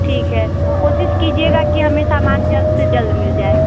ठीक है कोशिश कीजिएगा कि हमें सामान जल्द से जल्द मिल जाए